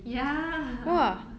ya